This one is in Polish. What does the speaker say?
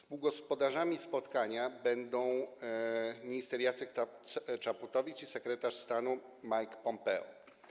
Współgospodarzami spotkania będą minister Jacek Czaputowicz i sekretarz stanu Mike Pompeo.